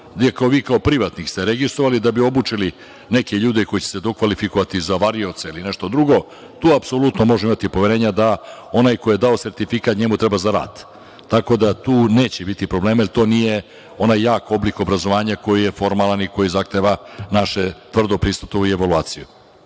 gde vi, kao privatnik ste se registrovali da bi obučili neke ljude koji će da se dokvalifikovati za varioce ili nešto drugo, tu apsolutno možemo imati poverenja da onaj koji je dao sertifikat, njemu treba za rad. Tako da tu neće biti problema, jer to nije onaj jak oblik obrazovanja, koji je formalan i koji zahteva naše tvrdo prisustvo i evaluaciju.